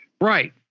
Right